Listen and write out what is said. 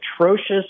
atrocious